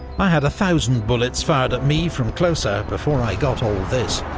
i had a thousand bullets fired at me from closer before i got all this.